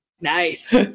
Nice